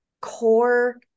core